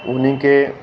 उन्हीअ खे